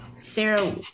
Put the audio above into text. sarah